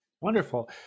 Wonderful